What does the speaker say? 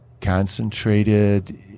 concentrated